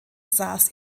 saß